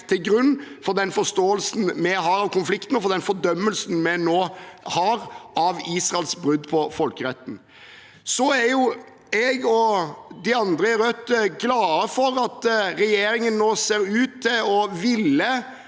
til grunn for den forståelsen vi har av konflikten, og for den fordømmelsen vi nå har av Israels brudd på folkeretten. Jeg og de andre i Rødt er glad for at regjeringen nå ser ut til å ville